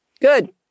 Good